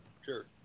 sure